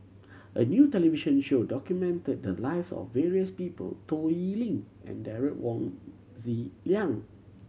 a new television show documented the lives of various people Toh Liying and Derek Wong Zi Liang